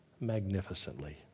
magnificently